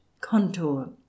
contour